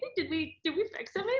but did we did we fix it, maybe?